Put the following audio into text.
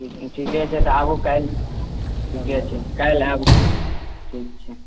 ठीके छै तऽ आबू काल्हि ठीके छै काल्हि आयब ठीक ठीक